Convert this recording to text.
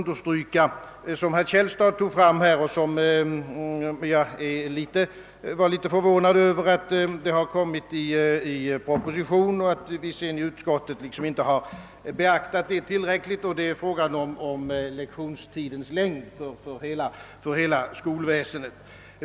Herr Källstad tog upp en annan fråga, som berörts i propositionen men som till min förvåning inte har beaktats tillräckligt av utskottet, nämligen frågan om lektionstidens längd inom hela skolväsendet.